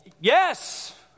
yes